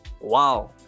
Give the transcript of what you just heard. Wow